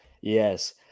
Yes